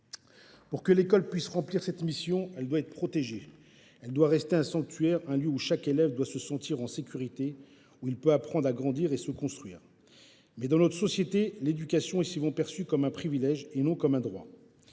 Pour que l’école puisse remplir cette mission, elle doit être protégée, elle doit rester un sanctuaire, où chaque élève se sente en sécurité, où il puisse apprendre, grandir et se construire. Toutefois, dans notre société, l’éducation est souvent perçue comme un privilège, non comme un droit.